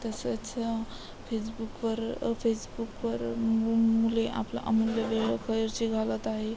तसंच फेसबुकवर फेसबुकवर मु मु मुले आपला अमूल्य वेळ खर्ची घालत आहे